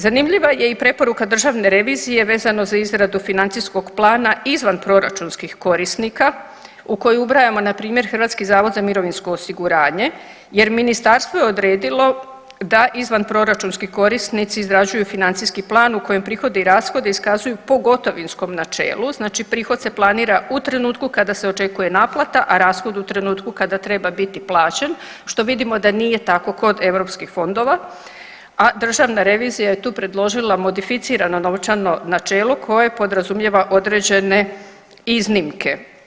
Zanimljiva je i preporuka Državna revizije vezano za izradu financijskog plana izvanproračunskih korisnika u koju ubrajamo npr. HZMO jer ministarstvo je odredilo da izvanproračunski korisnici izrađuju financijski plan u kojem prihodi i rashodi iskazuju po gotovinskom načelu, znači prihod se planira u trenutku kada se očekuje naplata a rashod u trenutku kada treba biti plaćen, što vidimo da nije tako kod europskih fondova a Državna revizija je tu predložila modificirano novčano načelo koje podrazumijeva određene iznimke.